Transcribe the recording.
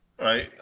Right